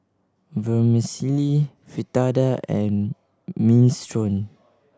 Vermicelli Fritada and Minestrone